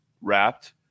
wrapped